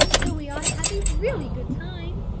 so we ought to have a really good time.